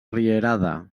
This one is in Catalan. rierada